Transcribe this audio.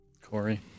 Corey